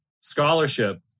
scholarship